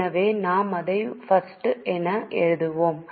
எனவே நாம் அதை I என எழுதுவோம்